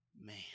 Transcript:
man